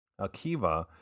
Akiva